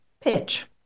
pitch